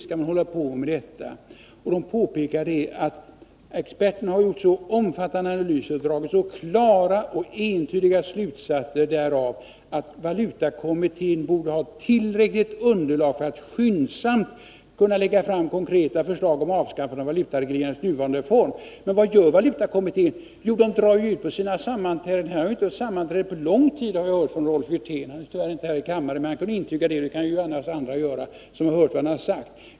Bankföreningen anför vidare att ”experterna hade gjort så omfattande analyser och dragit så klara och entydiga slutsatser därav, att kommittén borde ha tillräckligt underlag för att skyndsamt kunna lägga fram konkreta förslag om avskaffande av valutaregleringen i dess nuvarande form.” Men vad gör valutakommittén? Jo, den drar ut på sina sammanträden. Jag har hört av Rolf Wirtén att man inte sammanträtt på lång tid. Rolf Wirtén är inte närvarande här i kammaren och kan intyga det — men det kan andra göra som hört vad han sagt.